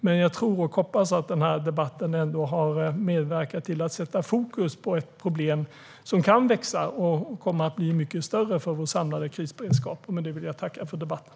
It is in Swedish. Men jag tror och hoppas att den här debatten ändå har medverkat till att sätta fokus på ett problem som kan växa och komma att bli mycket större för vår samlade krisberedskap, och med det vill jag tacka för debatten.